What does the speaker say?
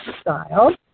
style